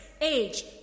age